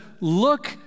look